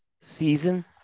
season